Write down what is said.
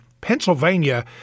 Pennsylvania